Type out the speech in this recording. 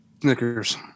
Snickers